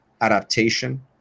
adaptation